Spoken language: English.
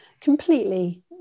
completely